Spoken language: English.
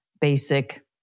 basic